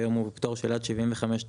וכיום הוא פטור של עד 75 דולרים.